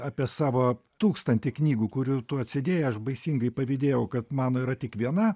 apie savo tūkstantį knygų kurių tu atsėdėjai aš baisingai pavydėjau kad mano yra tik viena